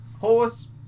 Horse